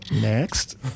next